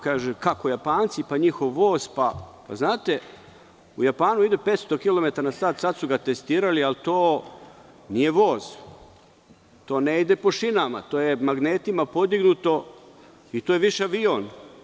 Kažu kako Japanci, pa njihov voz, znate u Japanu ide 500 kilometara na sat, sad su ga testirali, ali to nije voz, to ne ide po šinama, to je magnetima podignuto i to je više avion.